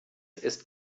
ist